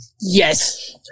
Yes